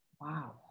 wow